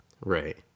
Right